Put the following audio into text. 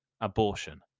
Abortion